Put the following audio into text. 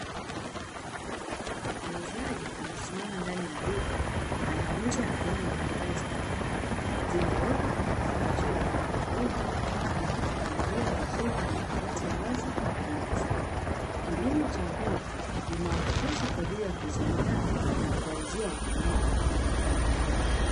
Muuzaji amesimama ndani ya duka anauza aina mbalimbali za mbegu, zimewekwa kwenye vifungashio tofautitofauti na kupangiliwa vizuri kwenye makabati ya wazi na mezani. Kilimo cha mbegu ni mahususi kwa ajili ya kuziandaa na kuwauzia wakulima wengine.